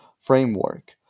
framework